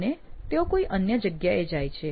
અને તેઓ કોઈ અન્ય જગ્યાએ જાય છે